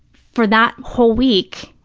for that whole week,